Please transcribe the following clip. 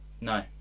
No